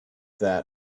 that